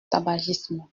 tabagisme